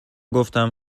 گفتم